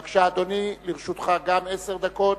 בבקשה, אדוני, גם לרשותך עשר דקות.